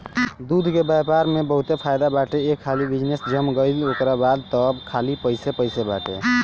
दूध के व्यापार में बहुते फायदा बाटे एक हाली बिजनेस जम गईल ओकरा बाद तअ खाली पइसे पइसे बाटे